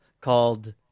called